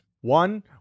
One